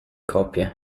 coppie